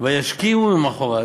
"וישכימו ממחרת"